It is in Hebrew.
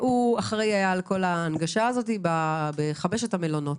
הוא היה אחראי על כל ההנגשה הזאת בחמשת המלונות